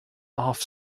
off